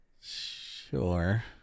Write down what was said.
Sure